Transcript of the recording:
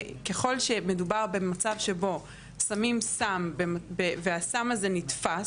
ככול שמדובר במצב שבו שמים סם והסם הזה נתפס